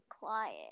quiet